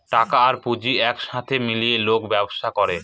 টাকা আর পুঁজি এক সাথে মিলিয়ে লোক ব্যবসা করে